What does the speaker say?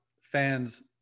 fans